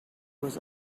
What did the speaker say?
was